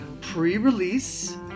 pre-release